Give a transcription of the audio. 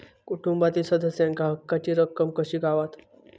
कुटुंबातील सदस्यांका हक्काची रक्कम कशी गावात?